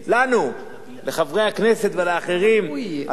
לחברי הכנסת ולאחרים, על נושא המסתננים.